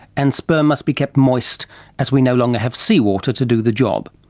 and sperm must be kept moist as we no longer have seawater to do the job.